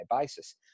basis